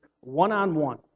One-on-one